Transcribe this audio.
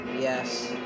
Yes